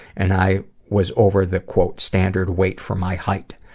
and i was over the quote standard weight for my height.